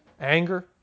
anger